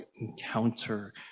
encounter